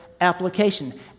application